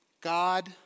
God